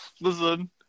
Listen